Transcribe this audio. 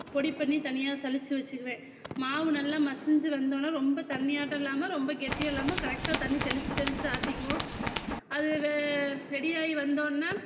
பொடி பண்ணி தனியாக சலிச்சு வச்சுக்குவேன் மாவு நல்லா மசிஞ்சு வந்தோன ரொம்ப தண்ணியாட்டம் இல்லாம ரொம்ப கெட்டியாக இல்லாம கரெக்டாக தண்ணி தெளிச்சு தெளிச்சு ஆட்டிக்கிவோம் அது வே ரெடி ஆகி வந்தோன